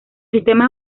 sistemas